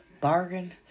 bargain